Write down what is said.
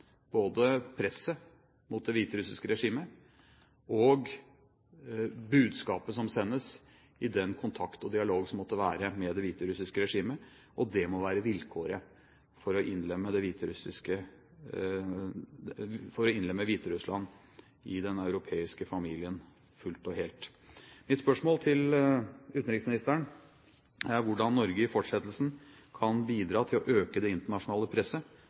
både presset mot det hviterussiske regimet og for budskapet som sendes i den kontakt og dialog som måtte være med det hviterussiske regimet. Og det må være vilkåret for å innlemme Hviterussland i den europeiske familien fullt og helt. Mitt spørsmål til utenriksministeren er: Hvordan kan Norge i fortsettelsen bidra til å øke det internasjonale presset